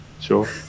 sure